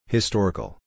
Historical